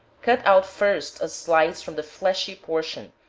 cut out first a slice from the fleshy portion,